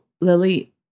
Lily